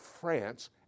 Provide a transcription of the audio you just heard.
France